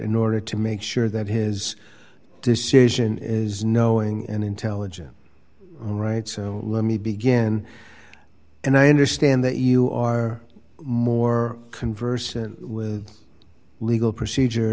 in order to make sure that his decision is knowing and intelligent all right so let me begin and i understand that you are more conversant with legal procedure